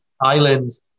islands